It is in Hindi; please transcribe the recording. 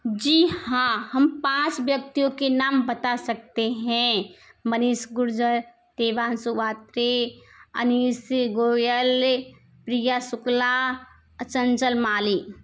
जी हाँ हम पाँच व्यक्तियों के नाम बता सकते हैं मनीस गुर्जर देवांश सोबात्रे अनीस गोयल प्रिया शुक्ला चंचल माली